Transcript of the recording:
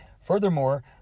Furthermore